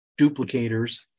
duplicators